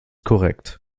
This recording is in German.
korrekt